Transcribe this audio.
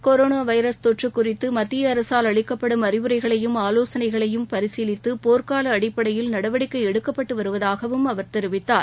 corona virus தொற்று குறித்து மத்திய அரசால் அளிக்கப்படும் அறிவுரைகளையும் ஆலோசனைகளையும் பரிசீலித்து போர்க்கால அடிப்படையில் நடவடிக்கை எடுக்கப்பட்டுவருவதாகவும் அவர் தெரிவித்தார்